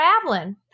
traveling